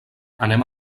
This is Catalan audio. anem